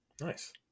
nice